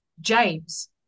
James